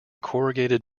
corrugated